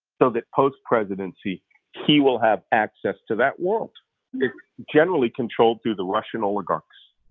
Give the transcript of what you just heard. so that post-presidency he will have access to that world. it's generally controlled through the russian oligarchs.